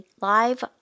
live